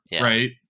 Right